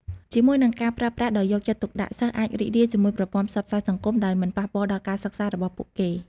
ជាមួយនឹងការប្រើប្រាស់ដោយយកចិត្តទុកដាក់ សិស្សអាចរីករាយជាមួយប្រព័ន្ធផ្សព្វផ្សាយសង្គមដោយមិនប៉ះពាល់ដល់ការសិក្សារបស់ពួកគេ។